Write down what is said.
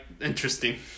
interesting